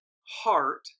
heart